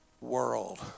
world